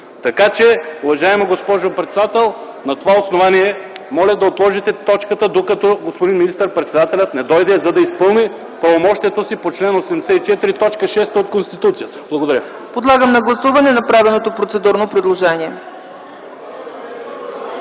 Уважаема госпожо председател, на това основание моля да отложите точката докато господин министър-председателят не дойде, за да изпълни правомощията си по чл. 84, т. 6 от Конституцията. Благодаря. ПРЕДСЕДАТЕЛ ЦЕЦКА ЦАЧЕВА: Подлагам на гласуване направеното процедурно предложение.